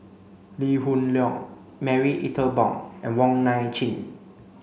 Lee Hoon Leong Marie Ethel Bong and Wong Nai Chin